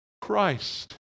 Christ